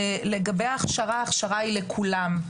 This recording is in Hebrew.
לגבי ההכשרה, ההכשרה היא לכולם.